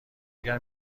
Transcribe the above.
اگر